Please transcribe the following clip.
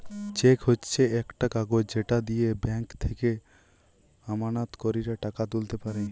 check হচ্ছে একটা কাগজ যেটা দিয়ে ব্যাংক থেকে আমানতকারীরা টাকা তুলতে পারে